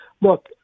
look